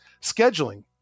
scheduling